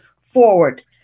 forward